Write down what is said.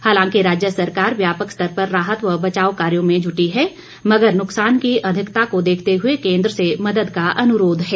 हालांकि राज्य सरकार व्यापक स्तर पर राहत व बचाव कार्यो में जुटी है मगर नुक्सान की अधिकता को देखते हुए केंद्र से मदद का अनुरोघ है